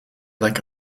like